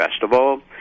festival